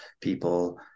people